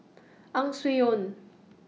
Ang Swee Aun